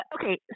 Okay